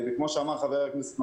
כמו שאמר חבר הכנסת מלכיאלי,